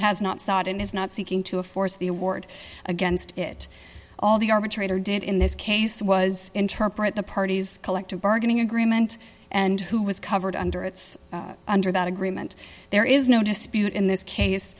has not sought and is not seeking to a force the award against it all the arbitrator did in this case was interpret the parties collective bargaining agreement and who was covered under its under that agreement there is no dispute in this case